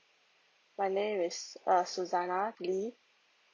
my name is err suzana lee